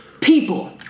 People